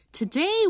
Today